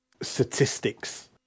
statistics